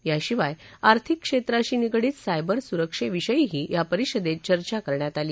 याशिवाय आर्थिक क्षेत्राशी निगडीत सायबर सुरक्षेविषयीही या परिषदेत चर्चा करण्यात आली